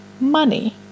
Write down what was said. money